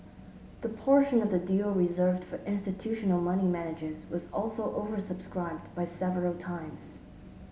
the portion of the deal reserved for institutional money managers was also oversubscribed by several times